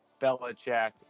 Belichick